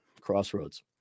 crossroads